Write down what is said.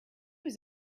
was